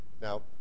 now